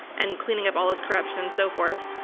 and cleaning up all this corruption, and so forth.